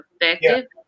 effective